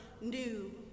new